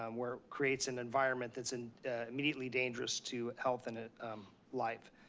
um where creates an environment that's and immediately dangerous to health and life.